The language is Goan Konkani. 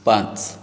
पांच